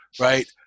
right